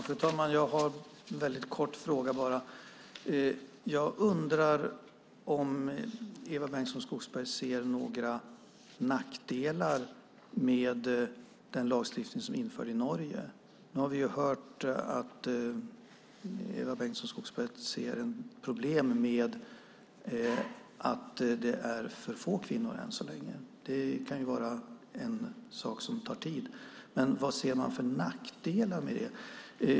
Fru talman! Jag har en kort fråga: Ser Eva Bengtson Skogsberg några nackdelar med den lagstiftning som införts i Norge? Vi har här hört att Eva Bengtson Skogsberg ser ett problem i att det än så länge är för få kvinnor i styrelserna - sådant kan ju ta tid. Men vilka nackdelar ser man?